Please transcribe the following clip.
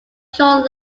short